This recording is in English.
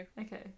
Okay